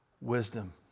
wisdom